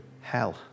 hell